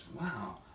wow